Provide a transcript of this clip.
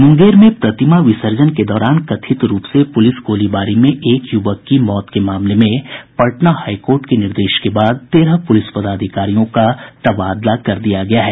मुंगेर में प्रतिमा विर्सजन के दौरान कथित रूप से पुलिस गोलीबारी में एक युवक की मौत के मामले में पटना हाई कोर्ट के निर्देश के बाद तेरह पुलिस पदाधिकारियों का स्थानांतरण कर दिया गया है